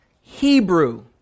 Hebrew